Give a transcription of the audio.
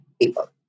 people